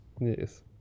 Yes